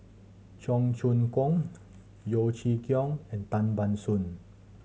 Cheong Choong Kong Yeo Chee Kiong and Tan Ban Soon